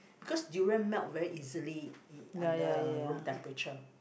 because durian melt very easily u~ under room temperature